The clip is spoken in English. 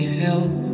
help